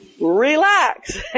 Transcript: Relax